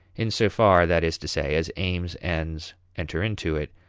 in so far, that is to say, as aims, ends, enter into it,